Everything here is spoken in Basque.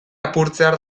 apurtzear